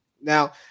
Now